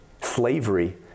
Slavery